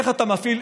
איך אתה מפעיל?